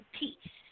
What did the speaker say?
peace